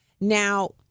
Now